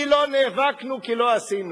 כי לא נאבקנו, כי לא עשינו.